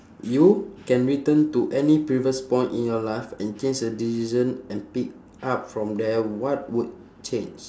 you can return to any previous point in your life and change a decision and pick up from there what would change